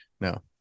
No